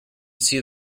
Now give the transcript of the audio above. see